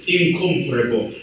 incomparable